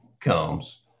comes